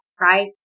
right